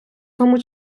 тому